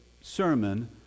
sermon